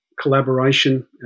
collaboration